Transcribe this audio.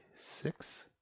six